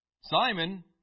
Simon